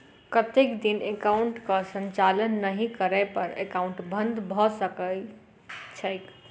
कतेक दिन एकाउंटक संचालन नहि करै पर एकाउन्ट बन्द भऽ जाइत छैक?